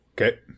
Okay